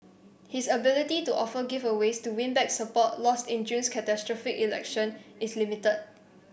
his ability to offer giveaways to win back support lost in June's catastrophic election is limited